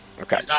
Okay